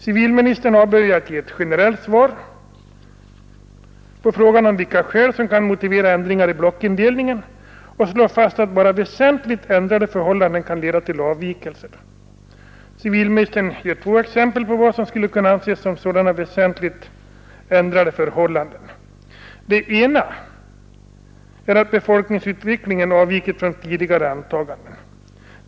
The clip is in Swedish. Civilministern börjar med ett generellt svar på frågan om vilka skäl som kan motivera ändringar i blockindelningen och slår fast att bara väsentligt ändrade förhållanden kan leda till avvikelser. Civilministern ger två exempel på vad som skulle kunna anses som sådana väsentligt ändrade förhållanden. Det ena är att befolkningsutvecklingen har avvikit från tidigare antaganden.